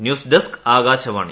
news desk Akashvani